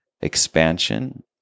expansion